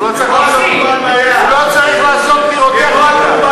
הוא לא צריך לעשות פירוטכניקה.